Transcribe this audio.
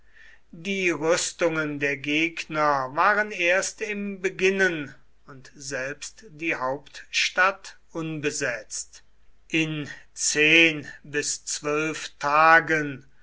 die rüstungen der gegner waren erst im beginnen und selbst die hauptstadt unbesetzt in zehn bis zwölf tagen